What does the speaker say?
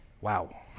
wow